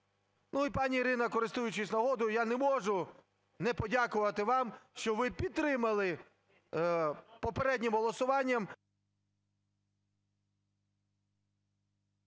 Ну і, пані Ірина, користуючись нагодою, я не можу не подякувати вам, що ви підтримали попереднім голосуванням…